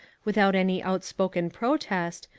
without any outspoken protest,